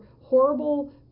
horrible